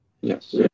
Yes